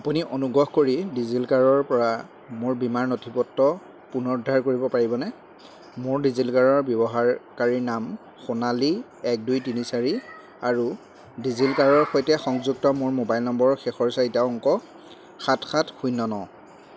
আপুনি অনুগ্ৰহ কৰি ডিজিল'কাৰৰ পৰা মোৰ বীমাৰ নথিপত্ৰ পুনৰুদ্ধাৰ কৰিব পাৰিবনে মোৰ ডিজিল'কাৰৰ ব্যৱহাৰকাৰীনাম সোণালি এক দুই তিনি চাৰি আৰু ডিজিলকাৰৰ সৈতে সংযুক্ত মোৰ মোবাইল নম্বৰৰ শেষৰ চাৰিটা অংক সাত সাত শূন্য ন